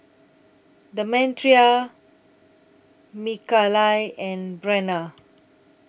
Demetria Mikaila and Brenna